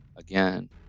again